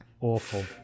Awful